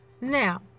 now